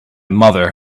mother